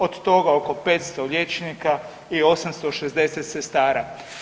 Od toga oko 500 liječnika i 860 sestara.